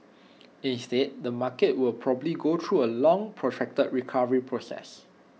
instead the market will probably go through A long protracted recovery process